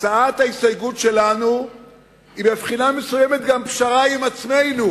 הצעת ההסתייגות שלנו היא מבחינה מסוימת גם פשרה עם עצמנו,